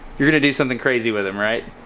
you're gonna do something crazy with them, right?